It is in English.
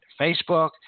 Facebook